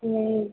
वही